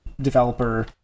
developer